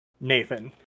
Nathan